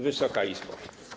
Wysoka Izbo!